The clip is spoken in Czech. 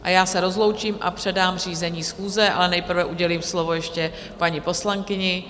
A já se rozloučím a předám řízení schůze, ale nejprve udělím slovo ještě paní poslankyni.